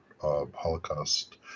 Holocaust